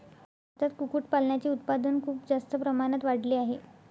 भारतात कुक्कुटपालनाचे उत्पादन खूप जास्त प्रमाणात वाढले आहे